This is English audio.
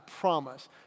promise